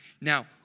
Now